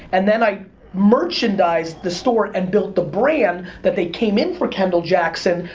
and then i merchandized the store and built the brand that they came in for, kendall-jackson,